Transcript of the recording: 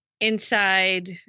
inside